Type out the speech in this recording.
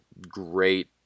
great